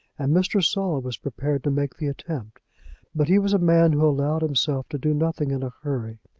and mr. saul was prepared to make the attempt but he was a man who allowed himself to do nothing in a hurry.